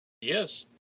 Yes